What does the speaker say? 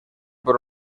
por